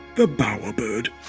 the bowerbird